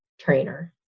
trainer